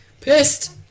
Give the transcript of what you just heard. Pissed